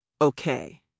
Okay